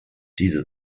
diese